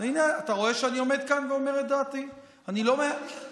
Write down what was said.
אז למה לא קראו לי?